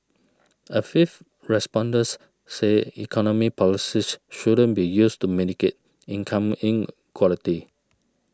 a fifth respondents said economic policies shouldn't be used to mitigate income inequality